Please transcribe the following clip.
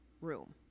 room